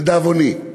לדאבוני.